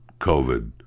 COVID